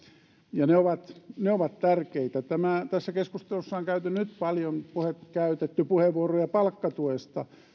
ja ne ovat ne ovat tärkeitä tässä keskustelussa on nyt käytetty paljon puheenvuoroja palkkatuesta